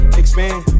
expand